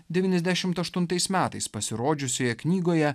devyniasdešimt aštuntais metais pasirodžiusioje knygoje